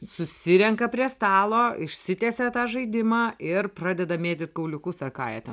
susirenka prie stalo išsitiesia tą žaidimą ir pradeda mėtyt kauliukus ar ką jie ten